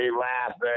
laughing